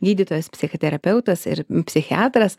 gydytojas psichoterapeutas ir psichiatras